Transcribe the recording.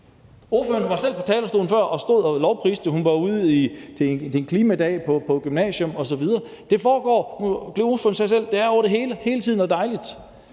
Spørgeren var selv på talerstolen før og stod og lovpriste, at hun var ude til en klimadag på et gymnasium osv. Spørgeren sagde det selv: Det er over det hele hele tiden – og dejligt.